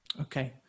Okay